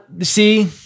See